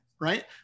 Right